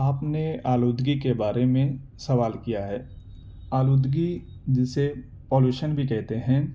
آپ نے آلودگی کے بارے میں سوال کیا ہے آلودگی جسے پالوشن بھی کہتے ہیں